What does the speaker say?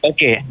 Okay